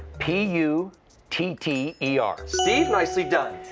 p u t t e r. steve. nicely done.